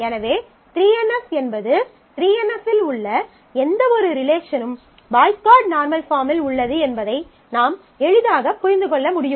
எனவே 3 NF என்பது 3 NF இல் உள்ள எந்தவொரு ரிலேஷனும் பாய்ஸ் கோட் நார்மல் பாஃர்ம்மில் உள்ளது என்பதை நாம் எளிதாக புரிந்து கொள்ள முடியும்